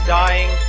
dying